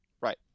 Right